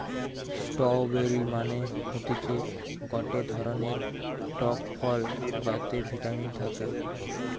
strawberry মানে হতিছে গটে ধরণের টক ফল যাতে ভিটামিন থাকে